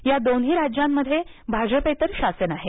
या दोन्ही राज्यांमध्ये भाजपेतर शासन आहे